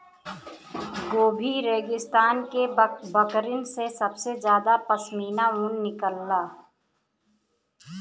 Gobi रेगिस्तान के बकरिन से सबसे जादा पश्मीना ऊन निकलला